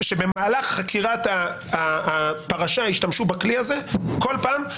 שבמהלך חקירת הפרשה השתמשו בכלי הזה כל פעם,